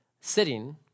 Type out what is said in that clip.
sitting